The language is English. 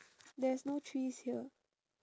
there's no trees here